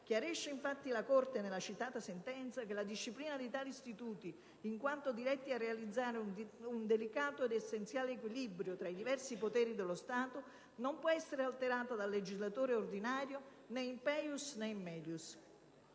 Chiarisce infatti la Corte, nella citata sentenza, che la disciplina di tali istituti, in quanto «diretti a realizzare un delicato ed essenziale equilibrio tra i diversi poteri dello Stato», non può essere alterata dal legislatore ordinario «né *in peius* né *in melius*».